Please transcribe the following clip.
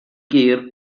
gur